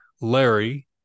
Larry